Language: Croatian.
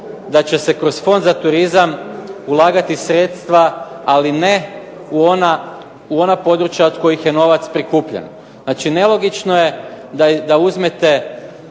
da će se kroz Fond za turizam ulagati sredstva, ali ne u ona područja od kojih je novac prikupljen. Znači, nelogično je da uzmete